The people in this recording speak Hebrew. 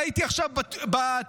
ראיתי עכשיו בטוויטר,